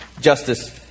justice